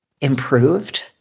improved